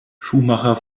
schumacher